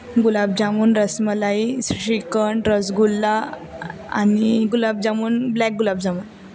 गुलाबजामुन रसमलाई श्रीखंड रसगुल्ला आणि गुलाबजामुन ब्लॅक गुलाबजामुन